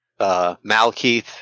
Malkeith